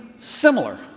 similar